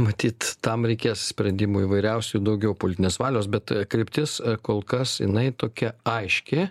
matyt tam reikės sprendimų įvairiausių daugiau politinės valios bet kryptis kol kas jinai tokia aiški